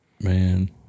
man